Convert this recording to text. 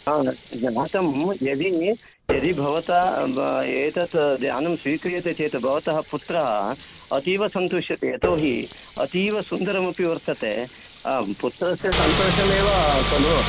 ह ज्ञातं यदि यदि भवता एतत् यानं स्वीक्रियते चेत् भवतः पुत्रः अतीव संतुष्यति यतोहि अतीवसुन्दरम् अपि वर्तते आं पुत्रस्य सन्तोषः एव खलु